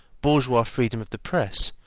bourgeois freedom of the press,